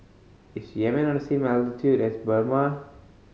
is Yemen on the same latitude as Burma